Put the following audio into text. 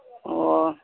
ꯑꯣ